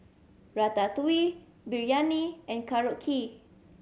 Ratatouille Biryani and Korokke